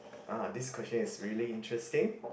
ah this question is really interesting